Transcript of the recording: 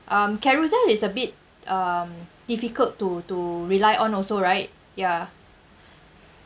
um Carousell is a bit um difficult to to rely on also right ya